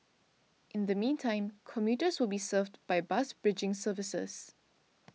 in the meantime commuters will be served by bus bridging services